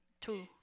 Two